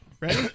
ready